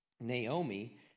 Naomi